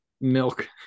milk